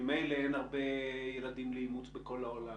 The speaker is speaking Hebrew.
ממילא אין הרבה ילדים לאימוץ בכל העולם,